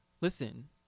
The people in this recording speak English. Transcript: Listen